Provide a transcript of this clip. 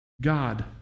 God